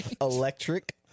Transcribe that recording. electric